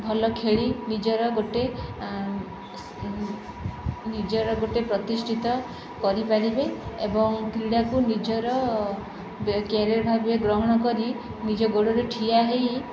ଭଲ ଖେଳି ନିଜର ଗୋଟେ ନିଜର ଗୋଟେ ପ୍ରତିଷ୍ଠିତ କରିପାରିବେ ଏବଂ କ୍ରୀଡ଼ାକୁ ନିଜର କ୍ୟାରିଅର୍ ଭାବେ ଗ୍ରହଣ କରି ନିଜ ଗୋଡ଼ରେ ଠିଆ ହେଇ